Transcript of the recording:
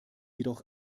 jedoch